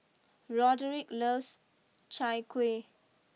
Roderick loves Chai Kueh